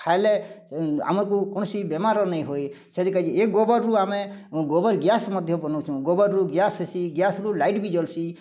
ଖାଏଲେ ଆମକୁ କୌଣସି ବେମାର ନାଇ ହୋଇ ସେଥି ଗାଜୀ ଏ ଗୋବର୍ରୁ ଆମେ ଗୋବର୍ ଗ୍ୟାସ୍ ମଧ୍ୟ ବନଉଚୁ ଗୋବର୍ରୁ ଗ୍ୟାସ୍ ଆସି ଗ୍ୟାସ୍ରୁ ଲାଇଟ୍ ବି ଜଲିଚୀ